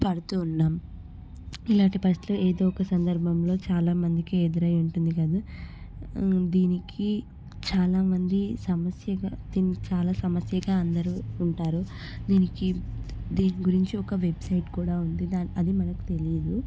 పడుతూ ఉన్నాము ఇలాంటి పరిస్థితి ఏదో ఒక సందర్భంలో చాలా మందికి ఎదురై ఉంటుంది కదూ దీనికి చాలా మంది సమస్యగా దీని చాలా సమస్యగా అందరూ ఉంటారు దీనికి దీని గురించి ఒక వెబ్సైట్ కూడా ఉంది అది మనకు తెలియదు